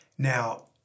Now